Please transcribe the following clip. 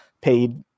paid